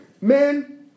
man